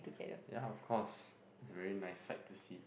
ya of course is a very nice sight to see